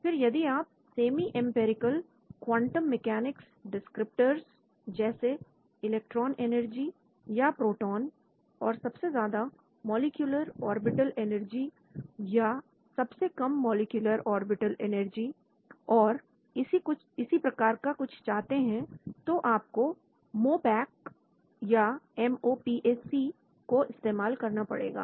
फिर यदि आप semi empirical quantum mechanics descriptor जैसे इलेक्ट्रॉन एनर्जी या प्रोटॉन और सबसे ज्यादा मॉलिक्यूलर ऑर्बिटल एनर्जी या सबसे कम मॉलिक्यूलर ऑर्बिटल एनर्जी और इसी प्रकार का कुछ चाहते हैं तो फिर आपको मोपैक को इस्तेमाल करना पड़ेगा